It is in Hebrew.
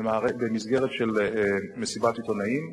במסיבת עיתונאים,